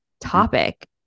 topic